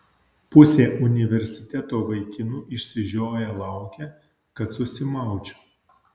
pusė universiteto vaikinų išsižioję laukia kad susimaučiau